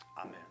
Amen